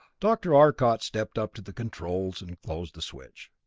dr. arcot stepped up to the controls and closed the switch.